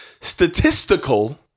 statistical